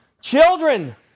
Children